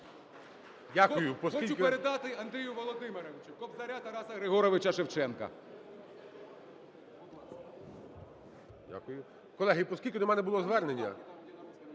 Дякую.